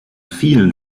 vielen